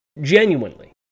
Genuinely